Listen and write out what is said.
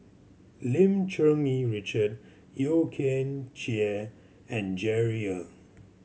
Lim Cherng Yih Richard Yeo Kian Chye and Jerry Ng